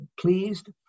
pleased